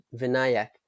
Vinayak